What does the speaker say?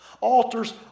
Altars